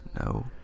No